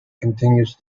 continues